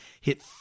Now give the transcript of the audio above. hit